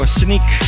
sneak